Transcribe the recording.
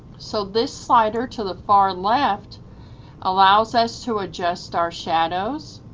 so this slider to the far left allows us to adjust our shadows,